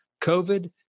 covid